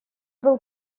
был